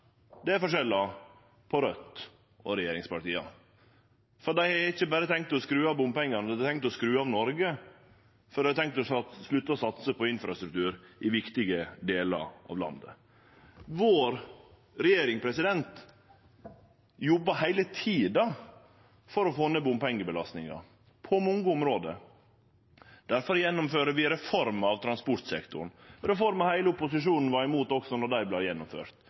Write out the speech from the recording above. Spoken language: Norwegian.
er forskjellar på Raudt og regjeringspartia. Dei har ikkje berre tenkt å skru av bompengane, dei har tenkt å skru av Noreg, for dei har tenkt å slutte å satse på infrastruktur i viktige delar av landet. Regjeringa vår jobbar heile tida for å få ned bompengebelastinga, på mange område. Difor gjennomfører vi reformer av transportsektoren – reformer som heile opposisjonen også var imot då dei